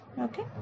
Okay